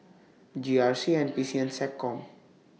G R C N P C and Seccom